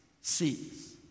sees